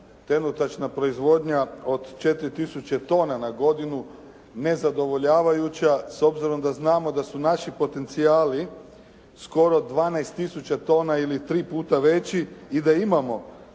trenutačna proizvodnja od 4000 tona na godinu nezadovoljavajuća s obzirom da znamo da su naši potencijali skoro 12000 tona ili tri puta veći i da imamo i